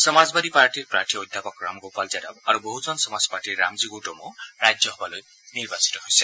সমাজবাদী পাৰ্টীৰ প্ৰাৰ্থী অধ্যাপক ৰাম গোপাল যাদৱ আৰু বহুজন সমাজ পাৰ্টীৰ ৰামজী গৌতমো ৰাজ্যসভালৈ নিৰ্বাচিত হৈছে